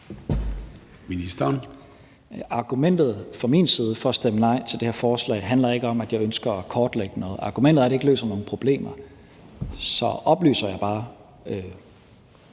Argumentet fra min side for at stemme nej til det her forslag handler ikke om, at jeg ønsker at kortlægge noget. Argumentet er, at det ikke løser nogen problemer. Så oplyser jeg bare